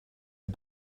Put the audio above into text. the